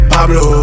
Pablo